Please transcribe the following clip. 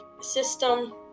system